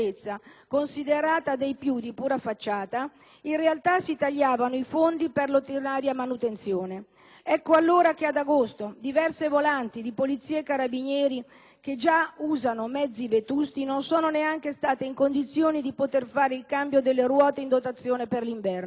considerata dai più di pura facciata, in realtà si tagliavano i fondi per l'ordinaria manutenzione. Ecco allora che ad agosto diverse volanti di Polizia e Carabinieri, che già usano mezzi vetusti, non sono state neanche in condizione poter fare il cambio delle ruote in dotazione per l'inverno.